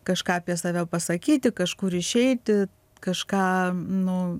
kažką apie save pasakyti kažkur išeiti kažką nu